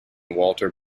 walter